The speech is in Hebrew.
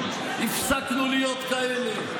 הפסקנו להיות כאלה.